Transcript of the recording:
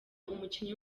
umukinnyi